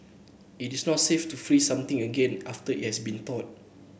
it is not safe to freeze something again after it has been thawed